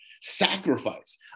sacrifice